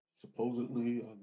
supposedly